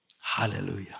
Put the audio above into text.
Hallelujah